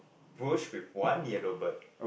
push with one yellow bird